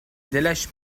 دلش